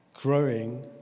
growing